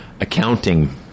accounting